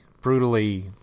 brutally